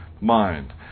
mind